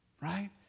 right